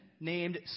named